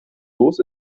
los